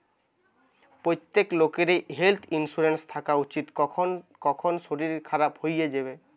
প্রত্যেক লোকেরই health insurance থাকা উচিত, কখন শরীর খারাপ হই যিবে